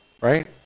Right